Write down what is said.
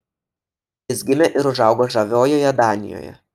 jis gimė ir užaugo žaviojoje danijoje